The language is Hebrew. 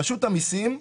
רשות המיסים,